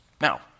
Now